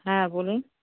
হ্যাঁ বলুন